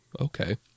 Okay